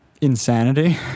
Insanity